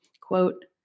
Quote